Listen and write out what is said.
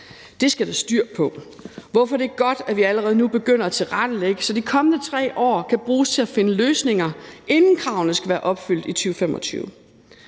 Det skal der styr på, hvorfor det er godt, at vi allerede nu begynder at tilrettelægge, så de kommende 3 år kan bruges til at finde løsninger, inden kravene skal være opfyldt i 2025.